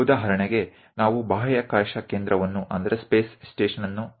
ઉદાહરણ તરીકે ચાલો અવકાશ મથક સ્પેસ સ્ટેશન પસંદ કરીએ